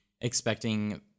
expecting